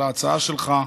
על ההצעה שלך.